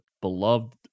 beloved